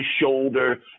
shoulder